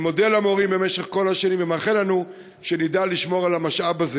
אני מודה למורים במשך כל השנים ומאחל לנו שנדע לשמור על המשאב הזה.